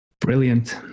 Brilliant